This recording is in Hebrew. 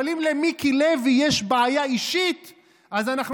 אבל אם למיקי לוי יש בעיה אישית אז אנחנו